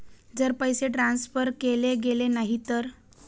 जर पैसे ट्रान्सफर केले गेले नाही तर?